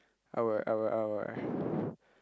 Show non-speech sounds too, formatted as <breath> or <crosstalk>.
our our our <breath>